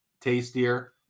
tastier